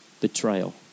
Betrayal